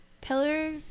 pillar